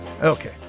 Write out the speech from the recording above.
Okay